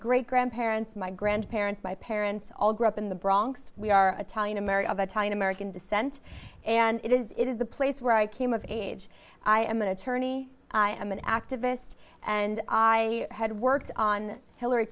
great grandparents my grandparents my parents all grew up in the bronx we are telling america of a time in american descent and it is it is the place where i came of age i am an attorney i am an activist and i had worked on hillary